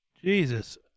Jesus